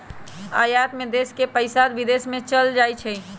आयात में देश के पइसा विदेश में चल जाइ छइ